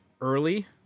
early